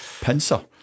pincer